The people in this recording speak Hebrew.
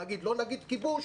ולהגיד לא נגיד כיבוש,